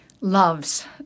loves